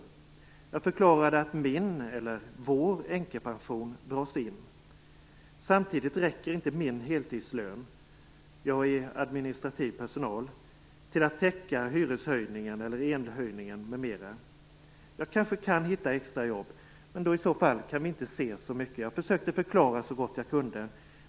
Jag förklarade att min el-höjningen m.m.m.m. Jag kanske kan hitta extra jobb, men då i så fall kan vi ej ses så mycket. Jag försökte förklara så gått jag kunde.